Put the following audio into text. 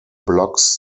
blocks